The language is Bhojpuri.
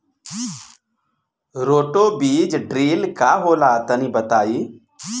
रोटो बीज ड्रिल का होला तनि बताई?